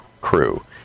crew